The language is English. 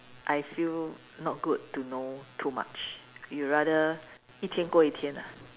I feel not good to know too much you rather 一天过一天 ah